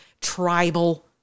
tribal